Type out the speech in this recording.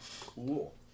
Cool